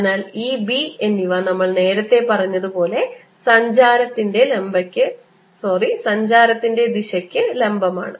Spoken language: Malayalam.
അതിനാൽ E B എന്നിവ നമ്മൾ നേരത്തെ പറഞ്ഞതുപോലെ സഞ്ചാരത്തിൻറെ ദിശക്ക് ലംബമാണ്